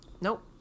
Nope